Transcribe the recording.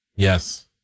Yes